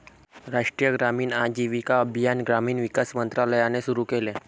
राष्ट्रीय ग्रामीण आजीविका अभियान ग्रामीण विकास मंत्रालयाने सुरू केले